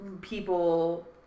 people